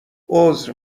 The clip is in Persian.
عذر